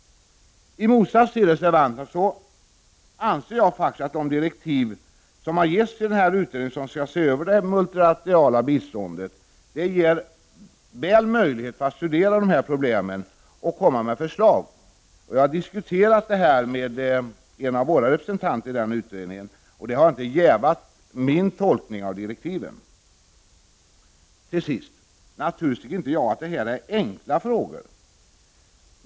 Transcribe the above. I motsats till reservanterna anser jag att de direktiv som har getts till den utredning som skall se över det multilaterala biståndet väl ger möjlighet att studera dessa problem och komma med förslag. Jag har diskuterat detta med en av våra representanter i den utredningen, och det har inte jävat min tolkning av direktiven. Till sist: Naturligtvis tycker inte jag att det här är enkla frågor.